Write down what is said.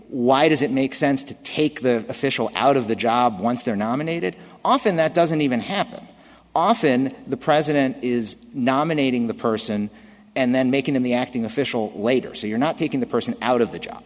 why does it make sense to take the official out of the job once they're nominated often that doesn't even happen often the president is nominating the person and then making him the acting official later so you're not taking the person out of the job